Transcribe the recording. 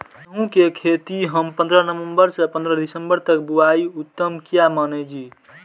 गेहूं के खेती हम पंद्रह नवम्बर से पंद्रह दिसम्बर तक बुआई उत्तम किया माने जी?